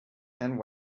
and